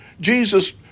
Jesus